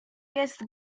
jest